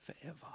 forever